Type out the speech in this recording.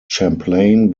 champlain